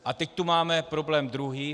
A teď tu máme problém druhý.